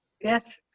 Yes